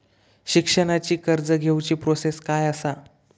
शिक्षणाची कर्ज घेऊची प्रोसेस काय असा?